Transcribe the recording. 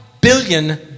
billion